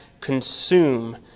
consume